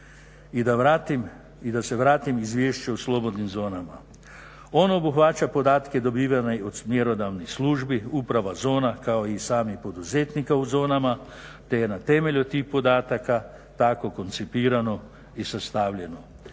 I da se vratim Izvješću o slobodnim zonama, ono obuhvaća podatke dobivene od mjerodavnih službi, uprava zona kao i samih poduzetnika u zonama te je na temelju tih podataka tako koncipirano i sastavljeno.